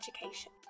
education